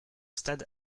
stade